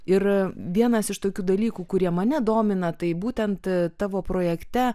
ir vienas iš tokių dalykų kurie mane domina tai būtent tavo projekte